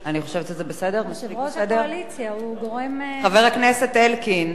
יושב-ראש הקואליציה הוא הגורם, חבר הכנסת אלקין,